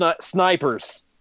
snipers